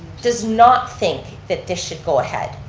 does not think that this should go ahead.